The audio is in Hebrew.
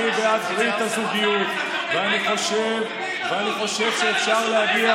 אני בעד ברית הזוגיות, ואני חושב שאפשר להגיע